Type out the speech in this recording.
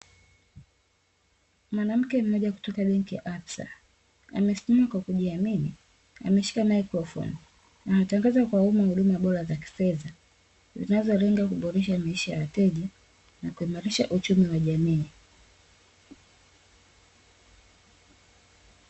Mwanamke mmoja kutoka benki ya Absa, amesimama kwa kujiamini, ameshika maikurofoni na anatangaza kwa umma huduma bora za kifedha, zinazolenga kuboresha maisha ya wateja na kuimarisha uchumi wa jamii.